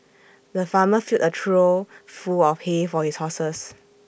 the farmer filled A trough full of hay for his horses